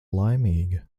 laimīga